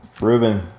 Ruben